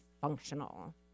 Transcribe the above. functional